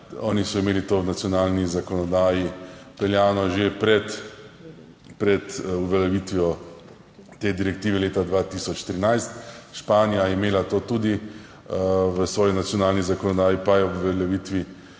Oni so imeli to v nacionalni zakonodaji vpeljano že pred uveljavitvijo te direktive leta 2013. Španija je imela to tudi v svoji nacionalni zakonodaji, pa ji ob uveljavitvi